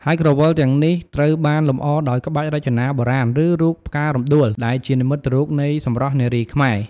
ហើយក្រវិលទាំងនេះត្រូវបានលម្អដោយក្បាច់រចនាបុរាណ ឬរូប ផ្ការំដួល ដែលជានិមិត្តរូបនៃសម្រស់នារីខ្មែរ។